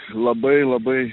labai labai